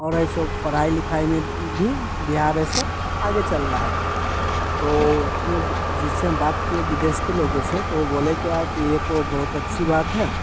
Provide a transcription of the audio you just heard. और ऐसो पढ़ाई लिखाई में भी बिहार है ऐसो आगे चल रहा है तो उसने जिससे हम बात किए विदेश के लोगों से तो वो बोले क्या कि ये तो बहुत अच्छी बात है